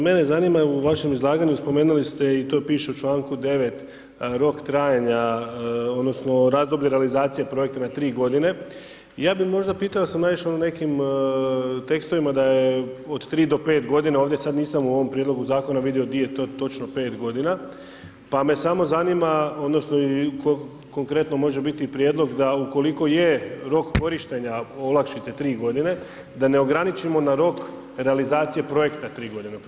Mene zanima u vašem izlaganju spomenuli ste i to piše u članku 9. rok trajanja odnosno razdoblje realizacije projekta na tri godine, ja bih možda pitao jel sam naišao u nekim tekstovima da je od tri do pet godina ovdje, sada nisam u ovom prijedlogu zakona vidio gdje je to točno pet godina, pa me samo zanima odnosno konkretno može biti i prijedlog da ukoliko je rok korištenja olakšice tri godine da ne ograničimo na rok realizacije projekta tri godine.